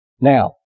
Now